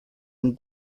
and